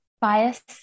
Bias